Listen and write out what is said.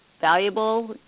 valuable